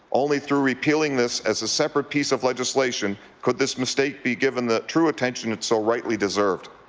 only through repealing this as a separate piece of legislation could this mistake be given the true attention it so rightly deserved.